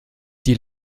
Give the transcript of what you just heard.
die